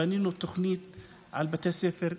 בנינו תוכנית לבתי ספר,